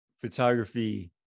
photography